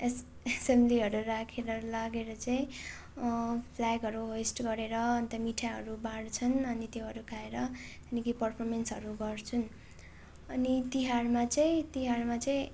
S एसेम्बलीहरू राखेर लागेर चाहिँ फ्ल्यागहरू होस्ट गरेर अन्त मिठाईहरू बाँड्छन् अनि त्योहरू खाएर निकै पर्फोमेन्सहरू गर्छन् अनि तिहारमा चाहिँ तिहारमा चाहिँ